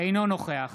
אינו נוכח